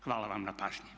Hvala vam na pažnji.